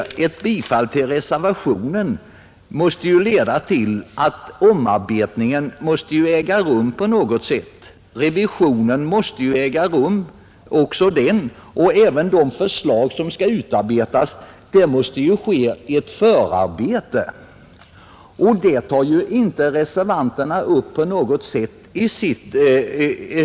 Ett bifall till reservationen måste ju leda till att omarbetningen och revisionen av de nämnda lagarna, liksom utarbetandet av förslag till en ny lag, beredes i ett förarbete.